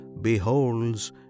beholds